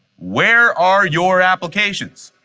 where are your applications?